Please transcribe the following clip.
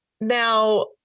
Now